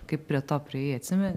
kaip prie to priėjai atsimeni